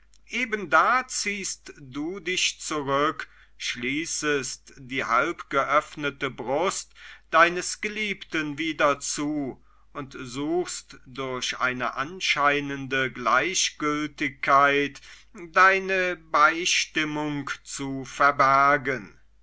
eben da ziehst du dich zurück schließt die halbgeöffnete brust deines geliebten wieder zu und suchst durch eine anscheinende gleichgültigkeit deine beistimmung zu verbergen